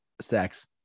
Sex